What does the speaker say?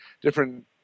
different